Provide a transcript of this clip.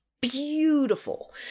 beautiful